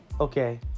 Okay